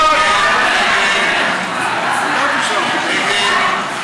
ההצעה להעביר את